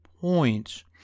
points